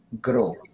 grow